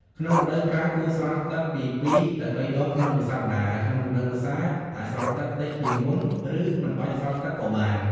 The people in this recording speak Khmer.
ក្នុងរដូវប្រាំង គួរស្រោចទឹកពី ២ ទៅ ៣ ដងក្នុងមួយសប្តាហ៍ ហើយក្នុងរដូវវស្សា អាចស្រោចទឹកតិចជាងមុន ឬមិនបាច់ស្រោចទឹកក៏បាន។